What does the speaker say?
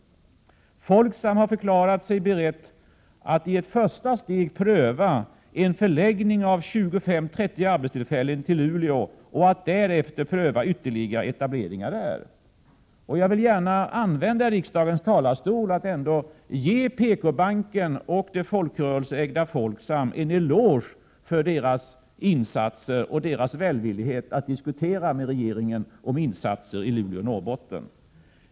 Folksam har förklarat sig berett att i ett första steg pröva en förläggning av 25—30 arbetstillfällen till Luleå och att därefter pröva ytterligare etableringar där. Jag vill gärna använda riksdagens talarstol för att ge PKbanken och det folkrörelseägda Folksam en eloge för deras insatser och välvillighet att diskutera med regeringen om insatser i Luleå och Norrbotten.